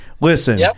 listen